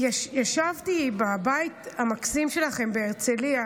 ישבתי בבית המקסים שלכם בהרצליה